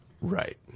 Right